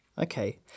Okay